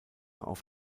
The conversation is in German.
auf